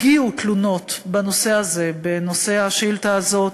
הגיעו תלונות בנושא הזה, בנושא השאילתה הזאת,